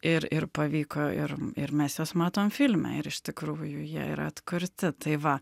ir ir pavyko ir ir mes juos matom filme ir iš tikrųjų jie yra atkurti tai va